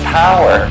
power